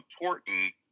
important